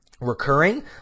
Recurring